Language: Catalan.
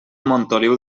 montoliu